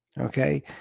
Okay